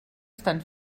estan